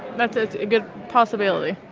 that's that's a good possibility.